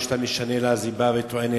ברגע שאתה משנה לה היא באה וטוענת: